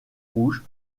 rouge